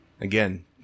Again